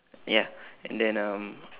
ya and then um